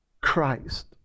Christ